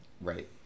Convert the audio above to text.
Right